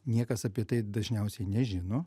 niekas apie tai dažniausiai nežino